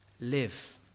live